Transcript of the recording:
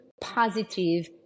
positive